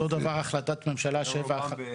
רובן באחת-שתיים.